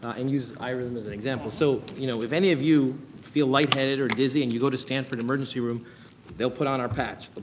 i and used ireland as an example. so, you know if any of you feel lightheaded or dizzy and you go to stanford emergency room they'll put on our patch.